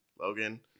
Logan